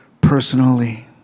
personally